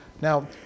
Now